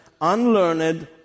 Unlearned